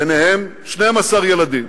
וביניהם 12 ילדים,